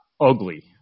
ugly